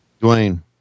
Dwayne